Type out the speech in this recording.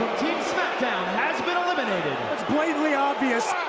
smackdown has but eliminated. it's blatantly obvious,